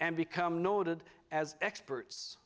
and become noted as experts